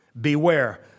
beware